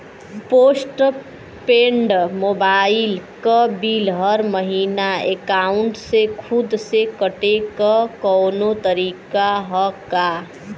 Post paid mobile क bill हर महिना एकाउंट से खुद से कटे क कौनो तरीका ह का?